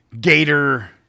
gator